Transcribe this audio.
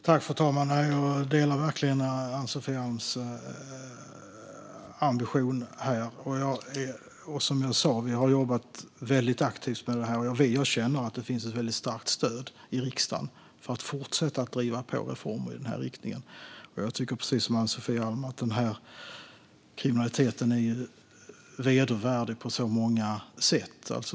Fru talman! Jag delar verkligen Ann-Sofie Alms ambition här. Som jag sa har vi jobbat aktivt med detta. Vi känner att det finns ett starkt stöd i riksdagen för att fortsätta att driva på för reformer i denna riktning. Jag tycker precis som Ann-Sofie Alm att denna kriminalitet är vedervärdig på många sätt.